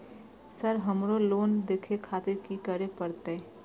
Sir हमरो loan देखें खातिर की करें परतें?